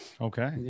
Okay